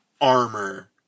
Armor